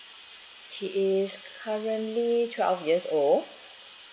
he is currently twelve years old